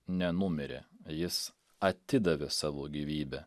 nenumirė jis atidavė savo gyvybę